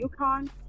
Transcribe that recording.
UConn